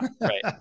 right